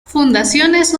fundaciones